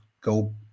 go